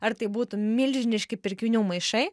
ar tai būtų milžiniški pirkinių maišai